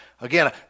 Again